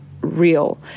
real